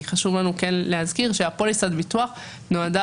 חשוב לנו להזכיר שפוליסת הביטוח נועדה